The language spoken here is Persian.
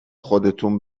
خودتون